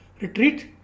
retreat